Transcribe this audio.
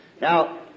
Now